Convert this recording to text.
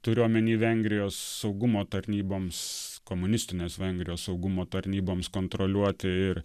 turiu omeny vengrijos saugumo tarnyboms komunistinės vengrijos saugumo tarnyboms kontroliuoti ir